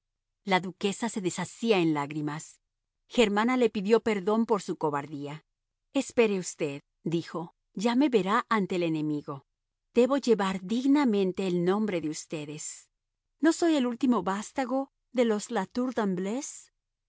la duquesa se deshacía en lágrimas germana le pidió perdón por su cobardía espere usted dijo ya me verá ante el enemigo debo llevar dignamente el nombre de ustedes no soy el último vástago de los la tour de